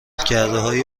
کردههای